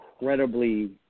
incredibly